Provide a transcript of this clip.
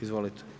Izvolite.